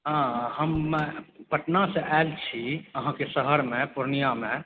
हँ हम पटनासॅं आयल छी अहाँके शहरमे पूर्णियाँमे